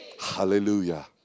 hallelujah